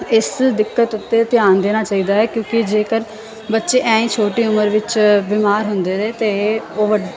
ਇਸ ਦਿੱਕਤ ਉੱਤੇ ਧਿਆਨ ਦੇਣਾ ਚਾਹੀਦਾ ਹੈ ਕਿਉਂਕਿ ਜੇਕਰ ਬੱਚੇ ਐਂ ਛੋਟੀ ਉਮਰ ਵਿੱਚ ਬਿਮਾਰ ਹੁੰਦੇ ਰਹੇ ਤਾਂ ਉਹ ਵੱਡ